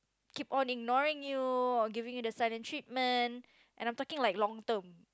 keep on ignoring you or giving you the silent treatment and I'm talking like long term